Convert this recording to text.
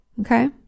Okay